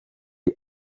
est